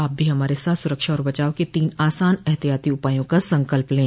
आप भी हमारे साथ सुरक्षा और बचाव के तीन आसान एहतियाती उपायों का संकल्प लें